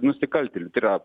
nusikaltėlių tai yra